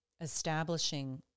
establishing